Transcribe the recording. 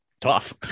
Tough